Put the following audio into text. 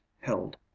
held